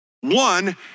One